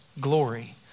glory